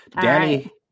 Danny